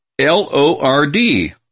L-O-R-D